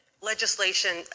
legislation